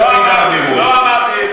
לא אמרתי את זה,